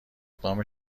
اقدام